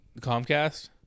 Comcast